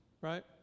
right